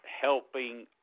helping